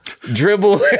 dribble